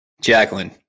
jacqueline